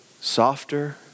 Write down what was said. softer